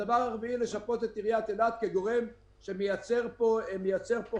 הדבר הרביעי לשפות את עיריית אילת כגורם שמייצר פה חיים,